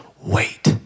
Wait